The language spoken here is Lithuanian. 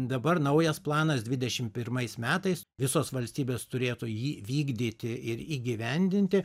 dabar naujas planas dvidešim pirmais metais visos valstybės turėtų jį vykdyti ir įgyvendinti